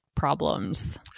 problems